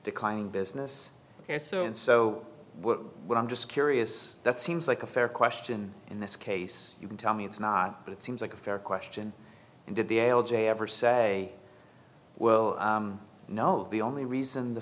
decline in business ok so and so what i'm just curious that seems like a fair question in this case you can tell me it's not but it seems like a fair question and did the ala jay ever say well no the only reason the